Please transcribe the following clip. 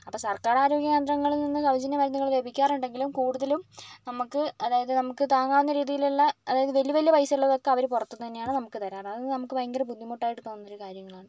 അപ്പോൾ സർക്കാർ ആരോഗ്യകേന്ദ്രങ്ങളിൽ നിന്നും സൗജന്യമരുന്നുകൾ ലഭിക്കാറുണ്ടെങ്കിലും കൂടുതലും നമ്മൾക്ക് അതായത് നമുക്ക് താങ്ങാവുന്ന രീതിയിലുള്ള അതായത് വലിയ വലിയ പൈസ ഉള്ളതൊക്കെ അവർ പുറത്തു നിന്ന് തന്നെയാണ് നമ്മൾക്ക് തരാറ് അത് നമ്മൾക്ക് ഭയങ്കര ബുദ്ധിമുട്ടായിട്ട് തോന്നുന്ന ഒരു കാര്യങ്ങളാണ്